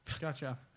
Gotcha